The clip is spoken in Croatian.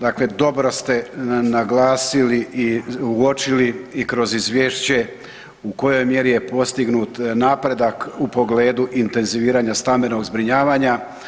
Dakle dobro ste naglasili i uočili i kroz izvješće u kojoj mjeri je postignut napredak u pogledu intenziviranja stambenog zbrinjavanja.